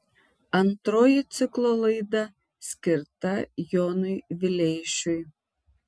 antroji ciklo laida skirta jonui vileišiui